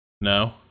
No